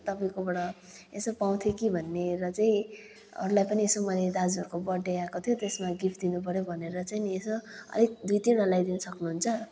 तपाईँकोबाट यसो पाउँथे कि भनेर चाहिँ अरूलाई पनि यसो भनेर दाजुहरूको बर्थडे आएको थियो त्यसमा गिफ्ट दिनु पऱ्यो भनेर चाहिँ नि यसो अलिक दुई तिनवटा ल्याइदिनु सक्नुहुन्छ